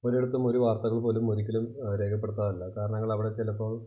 ഒരിടത്തും ഒരു വാർത്തകൾ പോലും ഒരിക്കലും രേഖപ്പെടുത്താറില്ല കാരണങ്ങൾ അവിടെ ചിലപ്പോൾ